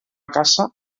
caça